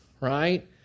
right